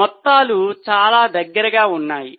మొత్తాలు చాలా దగ్గరగా ఉన్నాయి